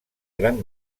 gran